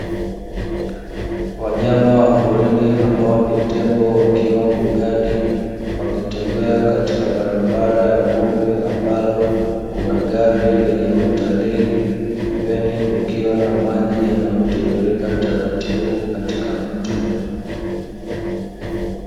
Wanyama wa porini ambao ni tembo wakiwa mbugani, wakitembea katika barabara ya vumbi ambapo kuna gari lenye watalii, pembeni kukiwa na maji yanayotiririka taratibu katika mto.